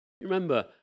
Remember